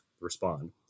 respond